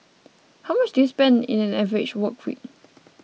how much do you spend in an average work week